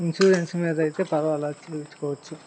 insurance మీద అయితే పర్వాలేదు చూసుకోవచ్చు